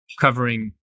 covering